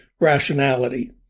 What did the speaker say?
rationality